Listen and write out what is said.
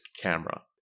camera